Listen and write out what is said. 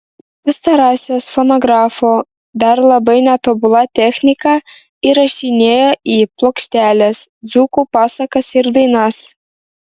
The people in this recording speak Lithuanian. pastarasis fonografu dar labai netobula technika įrašinėjo į plokšteles dzūkų pasakas ir dainas